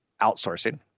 outsourcing